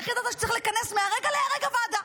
איך ידעת שצריך לכנס מהרגע להרגע ועדה?